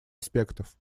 аспектов